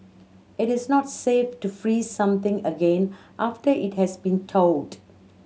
it is not safe to freeze something again after it has been thawed